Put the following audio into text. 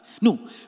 No